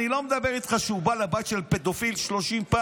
אני לא מדבר איתך על זה שהוא בא לבית של פדופיל 30 פעמים.